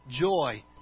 joy